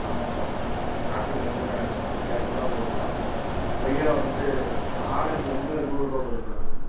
ஆமாம் madam apple வந்து இரநூறுவா போதுங்க கொய்யா வந்து ஆரஞ்சு வந்து நூறுரூவா போகுது மேடம்